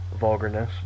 vulgarness